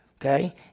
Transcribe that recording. Okay